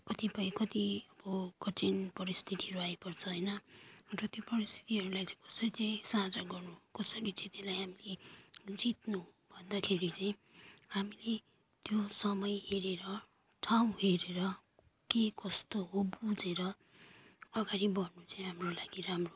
कतिपय कति अब कठिन परिस्थितिहरू आइपर्छ होइन र त्यो परिस्थितिहरूलाई चाहिँ कसरी चाहिँ साझा गर्नु कसरी चाहिँ त्यसलाई हामीले जित्नु भन्दाखेरि चाहिँ हामीले त्यो समय हेरेर ठाउँ हेरेर के कस्तो हो बुझेर अगाडि बढ्नु चाहिँ हाम्रो लागि राम्रो होला